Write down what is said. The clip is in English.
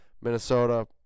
Minnesota